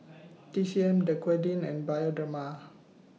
T C M Dequadin and Bioderma